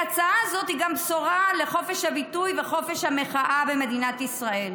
ההצעה הזאת היא גם בשורה לחופש הביטוי וחופש המחאה במדינת ישראל.